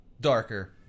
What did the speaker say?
darker